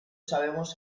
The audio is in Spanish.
sabemos